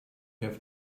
have